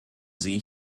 sie